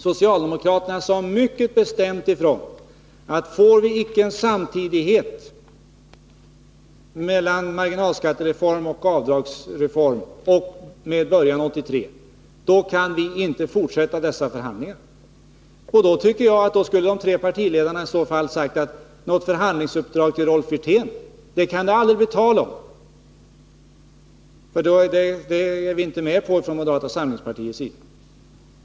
Socialdemokraterna sade mycket bestämt ifrån: Får vi icke en samtidighet mellan marginalskattereformen och avdragsreformen med början 1983, då kan vi inte fortsätta dessa förhandlingar. Jag tycker att de tre partiledarna i så fall skulle ha sagt att något förhandlingsuppdrag till Rolf Wirtén kan det aldrig bli tal om, för då är man inte med från moderata samlingspartiets sida.